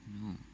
No